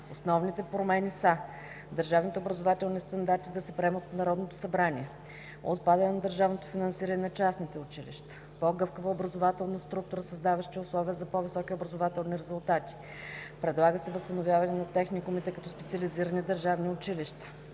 Основните промени са: - държавните образователни стандарти да се приемат от Народното събрание; - отпадане на държавното финансиране на частните училища; - по-гъвкава образователна структура, създаваща условия за по-високи образователни резултати; - предлага се възстановяване на техникумите, като специализирани държавни училища;